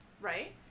Right